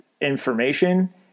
information